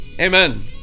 amen